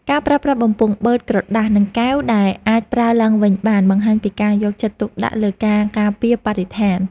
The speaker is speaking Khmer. ការប្រើប្រាស់បំពង់បឺតក្រដាសនិងកែវដែលអាចប្រើឡើងវិញបានបង្ហាញពីការយកចិត្តទុកដាក់លើការការពារបរិស្ថាន។